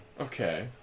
Okay